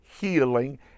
healing